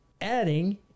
Adding